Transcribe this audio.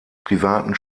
privaten